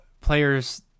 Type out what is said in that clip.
players